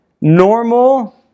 normal